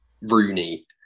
Rooney